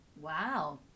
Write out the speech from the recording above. wow